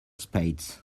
spades